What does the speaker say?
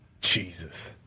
Jesus